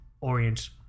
Orient